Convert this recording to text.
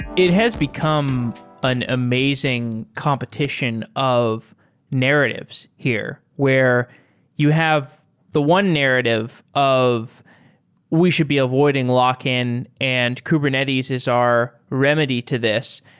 it has become an amazing competition of narratives here where you have the one narrative of we should be avoiding lock-in, and kubernetes is our remedy to this.